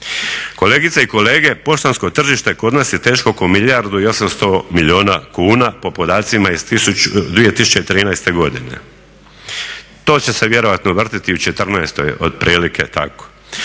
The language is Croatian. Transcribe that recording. Kolegice i kolege poštansko tržište kod nas je teško oko milijardu i 800 milijuna kuna po podacima iz 2013. godine. To će se vjerojatno vrtjeti i u 2014. otprilike tako.